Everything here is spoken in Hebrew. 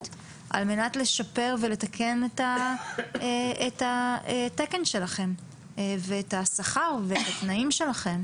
על מנת לשפר ולתקן את התקן שלכם ואת השכר ואת התנאים שלכם.